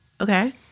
Okay